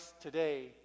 today